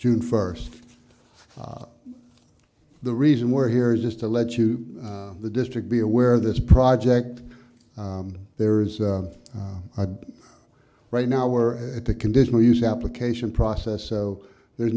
june first the reason we're here is just to let you the district be aware this project there is a right now we're at the conditional use application process so there's